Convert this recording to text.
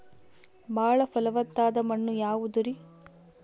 ಬಾಳ ಫಲವತ್ತಾದ ಮಣ್ಣು ಯಾವುದರಿ?